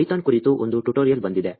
Python ಕುರಿತು ಒಂದು tutorial ಬಂದಿದೆ